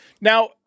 Now